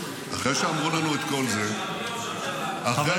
אחרי שאמרו לנו את כל זה -- מה מטרת הנסיעה שלך,